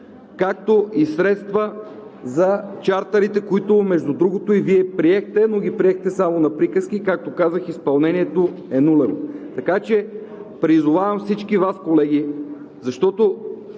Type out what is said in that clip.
както и средства за чартърите, които, между другото, Вие приехте, но ги приехте само на приказки, както казах, изпълнението е нулево. Така че призовавам всички Вас, колеги, защото